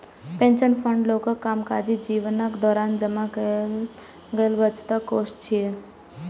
pension fund लोकक कामकाजी जीवनक दौरान जमा कैल गेल बचतक कोष छियै